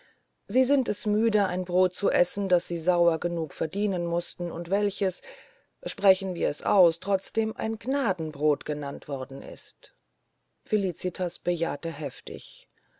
sie sind es müde ein brot zu essen das sie sauer genug verdienen mußten und welches sprechen wir es aus trotzdem ein gnadenbrot genannt worden ist felicitas bejahte eifrig